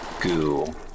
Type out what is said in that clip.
Goo